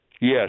Yes